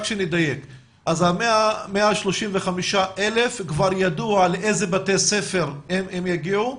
רק שנדייק ה-135,000 כבר ידוע לאיזה בתי ספר הם יגיעו.